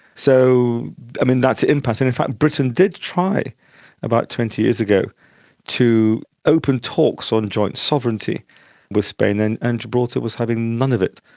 so that's an impasse. and in fact britain did try about twenty years ago to open talks on joint sovereignty with spain, and and gibraltar was having none of it.